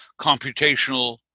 computational